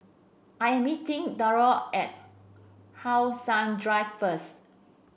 I am meeting Drury at How Sun Drive first